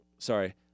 Sorry